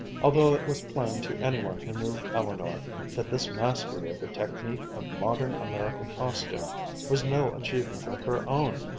although it was plain to any one who knew eleanor that this mastery of the technique of modern american costume was no achievement of her own,